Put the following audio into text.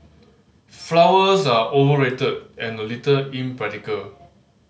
flowers are overrated and a little impractical